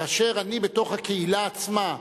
כאשר אני בתוך הקהילה עצמה,